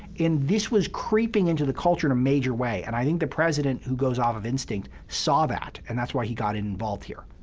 this was creeping into the culture in a major way. and i think the president, who goes off of instinct, saw that, and that's why he got involved here.